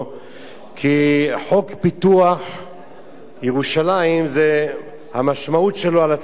כי "חוק פיתוח ירושלים" משמעותו על הצד הפיזי שבו,